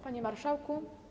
Panie Marszałku!